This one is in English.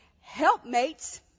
helpmates